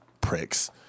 pricks